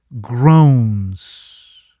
groans